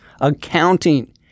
accounting